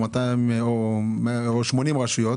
או 80 רשויות,